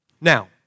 Now